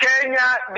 Kenya